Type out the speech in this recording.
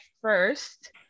first